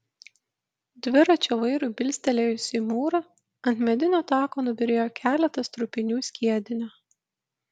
dviračio vairui bilstelėjus į mūrą ant medinio tako nubyrėjo keletas trupinių skiedinio